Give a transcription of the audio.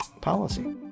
policy